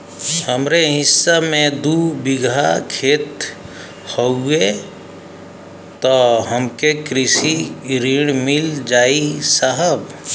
हमरे हिस्सा मे दू बिगहा खेत हउए त हमके कृषि ऋण मिल जाई साहब?